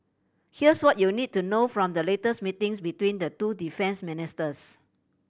here's what you need to know from the latest meetings between the two defence ministers